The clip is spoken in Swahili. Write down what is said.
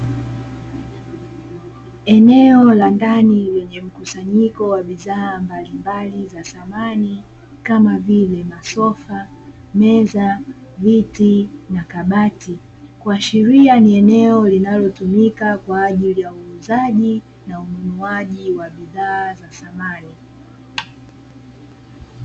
Eneo la ndani lenye mkusanyiko wa bidhaa mbalimbali za samani, kama vile: masofa, meza, viti na kabati kuashiria ni eneo linalotumika kwa ajili ya uuzaji na ununuaji wa bidhaa za samani.